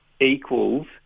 equals